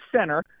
center